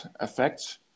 effects